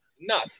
Nuts